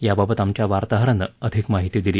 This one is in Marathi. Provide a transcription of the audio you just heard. याबाबत आमच्या वार्ताहरानं अधिक माहिती दिली